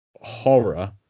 horror